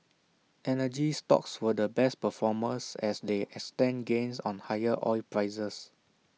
energy stocks were the best performers as they extended gains on higher oil prices